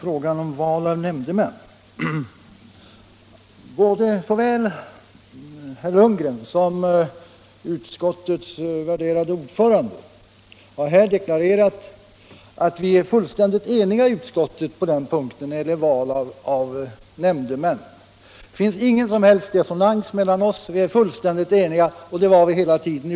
Såväl herr Lundgren som utskottets värderade ordförande har här deklarerat att vi varit fullständigt eniga i utskottet när det gäller val av nämndemän. Det fanns ingen som helst dissonans mellan oss. Vi var fullständigt eniga hela tiden.